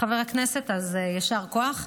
אז יישר כוח.